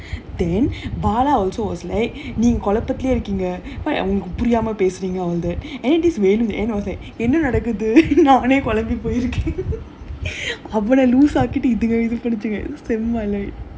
then bala also was like நீங்க பதட்டத்துலயே இருக்கீங்க புரியாம பேசுறீங்க:neenga pathathathulayae irukeenga puriyaama pesureenga all that and then this velu in the end was like என்ன நடக்குது நானே குழம்பி போயிருக்கேன்:enna nadakuthu naanae kulambi poyirukkaen like